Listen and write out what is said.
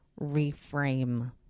reframe